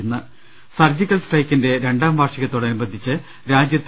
ഇന്ന് സർജിക്കൽ സ്ട്രൈക്കിന്റെ രണ്ടാം വാർഷികത്തോടനു ബന്ധിച്ച് രാജ്യത്ത്